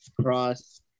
cross